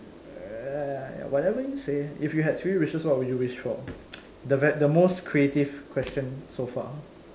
err whatever you say if you had three wishes what would you wish for the v~ the most creative question so far